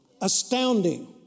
astounding